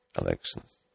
elections